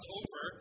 over